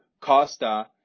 Costa